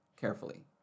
carefully